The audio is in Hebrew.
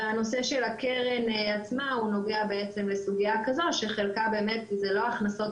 והנושא של הקרן עצמה הוא נוגע בעצם לסוגיה כזו שחלקה באמת זה לא הכנסות